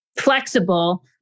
flexible